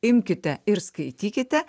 imkite ir skaitykite